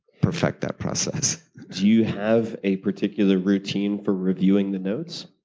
perfect that process. do you have a particular routine for reviewing the notes,